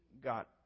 got